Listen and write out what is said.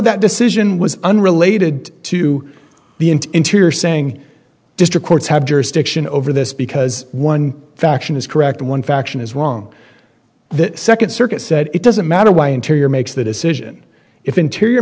that decision was unrelated to the end in tears saying district courts have jurisdiction over this because one faction is correct one faction is wrong the second circuit said it doesn't matter why interior makes the decision if interior